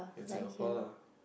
in Singapore lah